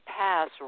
pass